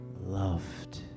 loved